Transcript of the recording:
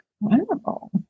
Wonderful